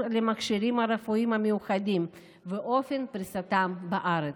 למכשירים הרפואיים המיוחדים ולאופן פריסתם בארץ.